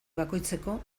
bakoitzeko